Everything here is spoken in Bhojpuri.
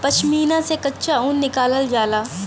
पश्मीना से कच्चा ऊन निकालल जाला